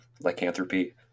lycanthropy